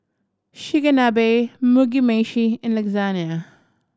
Chigenabe Mugi Meshi and Lasagna